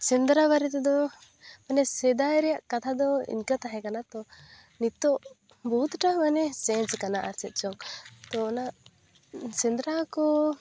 ᱥᱮᱸᱫᱽᱨᱟ ᱵᱟᱨᱮᱛᱮᱫᱚ ᱢᱟᱱᱮ ᱥᱮᱫᱟᱭ ᱨᱮᱭᱟᱜ ᱠᱟᱛᱷᱟ ᱫᱚ ᱤᱱᱟᱠᱟᱹ ᱛᱟᱦᱮᱸ ᱠᱟᱱᱟ ᱛᱚ ᱱᱤᱛᱚᱜ ᱵᱚᱦᱩᱛᱴᱟ ᱢᱟᱱᱮ ᱪᱮᱱᱡᱽ ᱠᱟᱱᱟ ᱟᱨ ᱪᱮᱫ ᱪᱚᱝ ᱛᱚ ᱚᱱᱟ ᱥᱮᱸᱫᱨᱟ ᱠᱚ